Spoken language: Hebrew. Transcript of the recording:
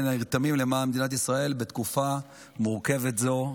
שנרתמים למען מדינת ישראל בתקופה מורכבת זו.